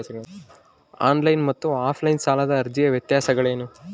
On line ಮತ್ತು offline ಸಾಲದ ಅರ್ಜಿಯ ವ್ಯತ್ಯಾಸಗಳೇನು?